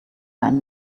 einen